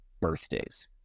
birthdays